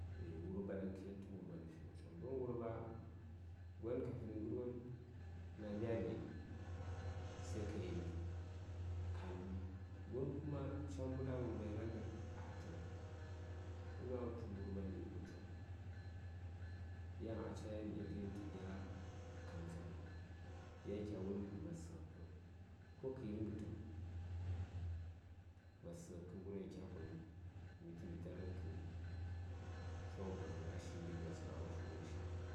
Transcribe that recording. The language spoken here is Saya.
eah wurɓa ɗaŋ kə yeltən wurɓa nə fighən coŋ don wurɓa yan kafinə ghərwon na lya lye sai kə yeli ka luyi gon kua ca mbud a wurɓai gnalghən a tuŋ so mya wutu wurɓa nə iko coŋ yan a ca yan ya righən tə gya kamtsan yan kya wulghən vi ma səghə kəm ko kə yir ghətəŋ ma səghə kəm ghəryo ɗaŋ kya koni mitə ɓitalghən tu coŋvon ghən a shin ghədi ɓasəm aman fum ghəshi.